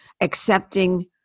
accepting